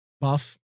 buff